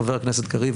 חבר הכנסת קריב,